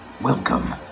welcome